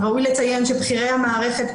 ראוי לציין שבכירי המערכת,